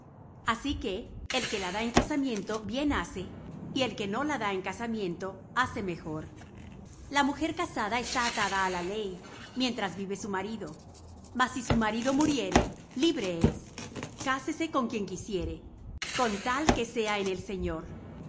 así que el que la da en casamiento bien hace y el que no la da en casamiento hace mejor la mujer casada está atada á la ley mientras vive su marido mas si su marido muriere libre es cásese con quien quisiere con tal que sea en el señor